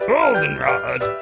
Goldenrod